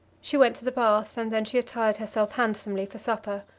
she went to the bath, and then she attired herself handsomely for supper.